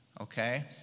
Okay